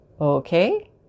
Okay